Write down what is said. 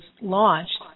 launched